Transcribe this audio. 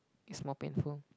is more painful